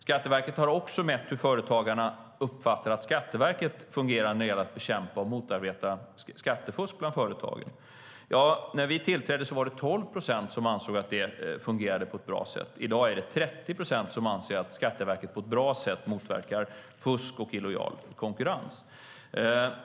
Skatteverket har också mätt hur företagarna uppfattar att Skatteverket fungerar när det gäller att bekämpa och motarbeta skattefusk bland företagen. När vi tillträdde var det 12 procent som ansåg att det fungerade på ett bra sätt. I dag är det 30 procent som anser att Skatteverket på ett bra sätt motverkar fusk och illojal konkurrens.